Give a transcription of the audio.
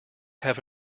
have